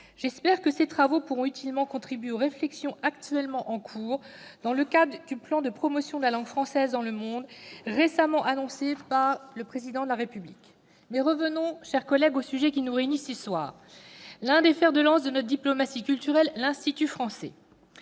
J'espère que ces travaux pourront utilement contribuer aux réflexions en cours dans le cadre du « Plan de promotion de la langue française dans le monde » récemment annoncé par le Président de la République. Revenons, mes chers collègues, au sujet qui nous réunit ce soir : l'un des fers de lance de notre diplomatie culturelle, l'Institut français.